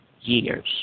years